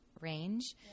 range